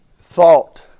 thought